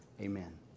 amen